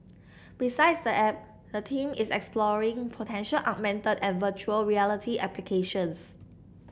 besides the app the team is exploring potential augmented and virtual reality applications